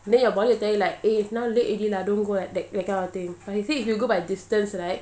then your body will tell you like eh it's now late already lah don't go that that kind of thing but he said if you go by distance right